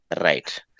Right